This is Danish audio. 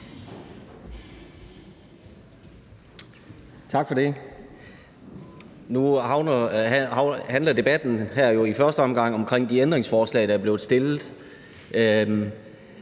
Tak for det. Nu handler debatten her i første omgang jo om de ændringsforslag, der er blevet stillet,